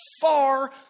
far